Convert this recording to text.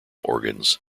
organs